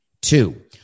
Two